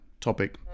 topic